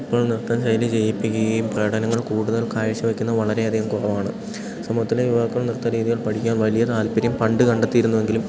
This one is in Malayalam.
ഇപ്പോൾ നൃത്തം ശൈലി ചെയ്യിപ്പിക്കുകയും പഠനങ്ങൾ കൂടുതൽ കാഴ്ച വെക്കുന്ന വളരെയധികം കുറവാണ് സമൂഹത്തിലെ യുവാക്കൾ നൃത്ത രീതികൾ പഠിക്കാൻ വലിയ താൽപര്യം പണ്ട് കണ്ടെത്തിയിരുന്നുവെങ്കിലും